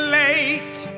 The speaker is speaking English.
late